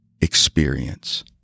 experience